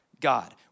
God